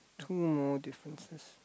two more differences